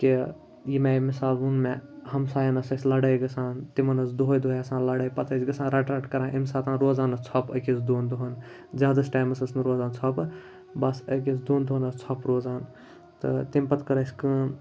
کہِ ییٚمہِ آے مثال ووٚن مےٚ ہمسایَن ٲس اَسہِ لَڑٲے گژھان تِمَن ٲس دۄہَے دۄہَے آسان لَڑٲے پَتہٕ ٲسۍ گژھان رَٹہٕ رَٹہٕ کَران امہِ ساتَن روزان ٲس ژھۄپہٕ أکِس دۄن دۄہَن زیادَس ٹایمَس ٲس نہٕ روزان ژھۄپہٕ بَس أکِس دۄن دۄہَن ٲس ژھۄپہٕ روزان تہٕ تمہِ پَتہٕ کٔر اَسہِ کٲم